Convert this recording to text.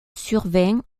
survint